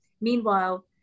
Meanwhile